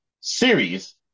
series